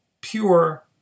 pure